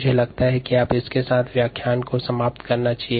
मुझे लगता है कि हम इसके साथ व्याख्यान 3 को समाप्त करना चाहिए